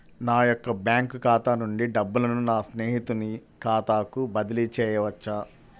నా యొక్క బ్యాంకు ఖాతా నుండి డబ్బులను నా స్నేహితుని ఖాతాకు బదిలీ చేయవచ్చా?